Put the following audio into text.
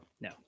No